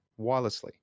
wirelessly